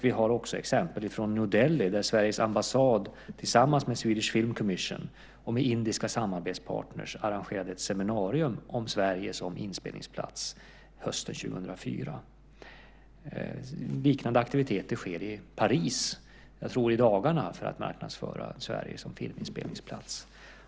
Vi har också exempel från New Delhi där Sveriges ambassad hösten 2004 tillsammans med Swedish Film Commission och med indiska samarbetspartner arrangerade ett seminarium om Sverige som inspelningsplats. Liknande aktiviteter sker i Paris, i dagarna tror jag, för att marknadsföra Sverige som filminspelningsplats.